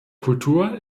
kultur